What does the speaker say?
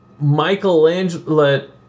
Michelangelo